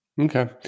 Okay